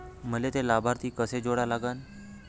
मले थे लाभार्थी कसे जोडा लागन?